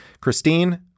Christine